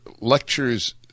lectures